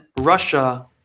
Russia